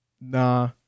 Nah